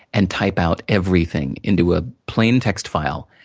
and type out everything into a plain text file.